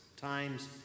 times